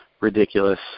ridiculous